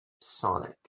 Sonic